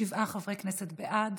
שבעה חברי כנסת בעד,